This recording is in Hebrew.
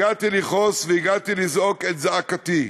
הגעתי לכעוס והגעתי לזעוק את זעקתי,